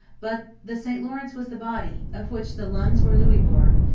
but the st lawrence was the body, of which the lungs were louisbourg,